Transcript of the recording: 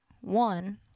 one